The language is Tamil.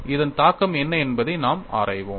இதன் தாக்கம் என்ன என்பதை நாம் ஆராய்வோம்